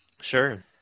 Sure